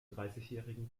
dreißigjährigen